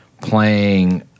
playing